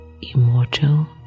immortal